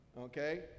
Okay